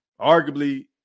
arguably